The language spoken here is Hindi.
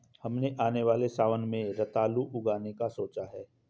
हमने आने वाले सावन में रतालू उगाने का सोचा है